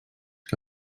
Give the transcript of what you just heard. que